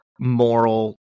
moral